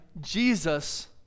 Jesus